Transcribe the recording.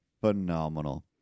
phenomenal